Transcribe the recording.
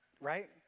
right